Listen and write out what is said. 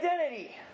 identity